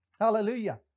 Hallelujah